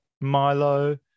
Milo